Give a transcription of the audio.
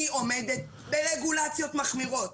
אני עומדת ברגולציות מחמירות.